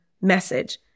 message